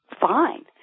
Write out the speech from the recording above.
fine